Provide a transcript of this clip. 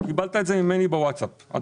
אתה קיבלת את זה ממני ב-ווטסאפ.